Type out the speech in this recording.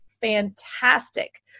fantastic